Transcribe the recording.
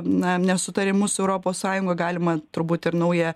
na nesutarimus europos sąjungoj galima turbūt ir naują